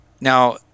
Now